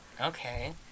Okay